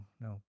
no